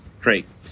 Great